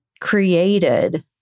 created